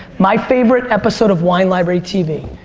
my favorite episode of wine library tv?